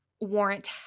warrant